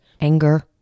anger